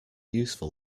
useful